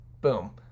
boom